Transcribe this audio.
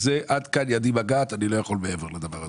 עד כאן ידי מגעת, אני לא יכול מעבר לכך.